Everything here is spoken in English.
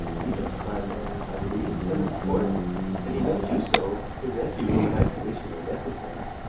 he does climb there, i believe, and, in order that he may do so, his empty room and isolation are necessary.